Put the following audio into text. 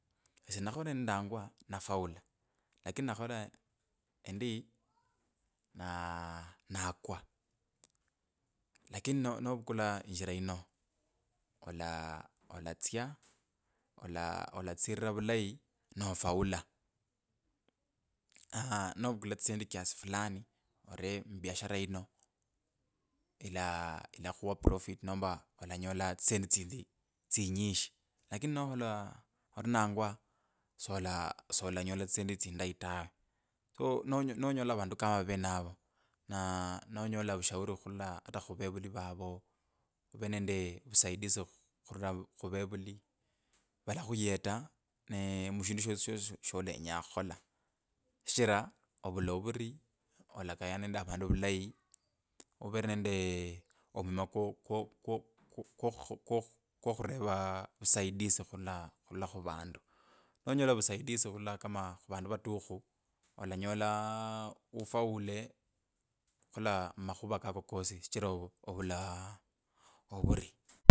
Esye nakhola endinangwa nafaula. Lakini nakhola endi na nakwa. Lakini no novukula injira ino ola olatsya. ola olatsirira vulayi no fault. novukula this endi fulani ore mbiashara ino ila ilakhuwa profit nomba olanyola tsisendi tsinzi. tsinyishi. Lakini nokhola orinangwa. sola solanyola this endi tsindai tawe. So no nonyola vandu kama venavo na nonyola vushauri khurula ata khuvevuli vavo over nende vusaidizi khu khurula khuvevuli. Valakuhyeta ne mushindu shosi shosi sholenya khukhola. Shichira ovuri olakaya nende avandu vulayi. uvere nende omwima kwo kwo kwo kwo kwokhu kwokhureva vusaidizi khurula khurula khuvandu. Nonyola vusaidizi khurula kama khuvandu vatukhu. olanyola unable khukhola makhuva kako kosi shichira ovuri.